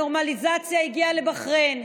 הנורמליזציה הגיעה לבחריין,